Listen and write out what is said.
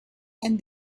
and